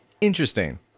Interesting